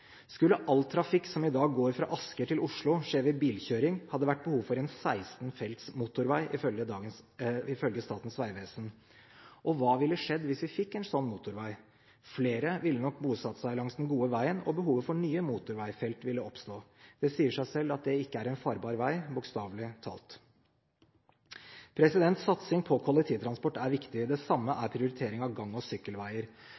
Skulle all trafikk som i dag går fra Asker til Oslo, skje ved bilkjøring, hadde det vært behov for en 16-felts motorvei, ifølge Statens vegvesen. Og hva ville skjedd hvis vi fikk en slik motorvei? Flere ville nok bosatt seg langs den gode veien, og behovet for nye motorveifelt ville oppstå. Det sier seg selv at det ikke er en farbar vei – bokstavelig talt. Satsing på kollektivtransport er viktig, det samme